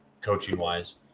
coaching-wise